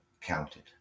counted